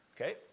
Okay